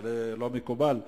זה לא מקובל.